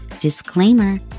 disclaimer